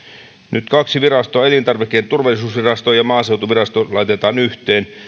nyt kaksi virastoa elintarviketurvallisuusvirasto ja maaseutuvirasto laitetaan yhteen